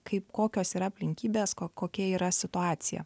kaip kokios yra aplinkybės ko kokia yra situacija